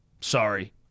Sorry